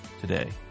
today